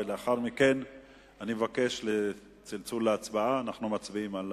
לאחר מכן אנחנו מצביעים על